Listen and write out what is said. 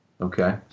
Okay